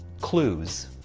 clues.